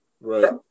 Right